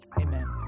amen